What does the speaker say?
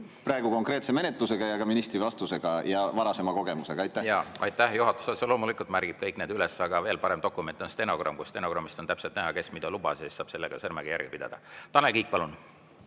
praegu konkreetse menetlusega ja ka ministri vastusega ja varasema kogemusega. Aitäh! Juhatus otse loomulikult märgib kõik need üles, aga veel parem dokument on stenogramm. Stenogrammist on täpselt näha, kes mida lubas, ja selle abil saab sõrmega järge pidada. Tanel Kiik, palun!